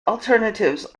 alternatives